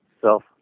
self